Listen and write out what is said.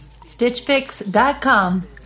stitchfix.com